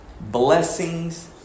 blessings